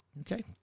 Okay